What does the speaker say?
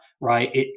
right